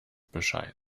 bescheid